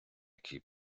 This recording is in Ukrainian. який